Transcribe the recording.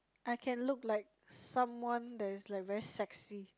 I can look like someone that is like very sexy